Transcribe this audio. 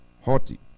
haughty